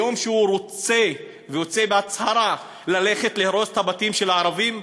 היום כשהוא רוצה ויוצא בהצהרה ללכת להרוס את הבתים של הערבים,